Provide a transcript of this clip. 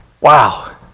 Wow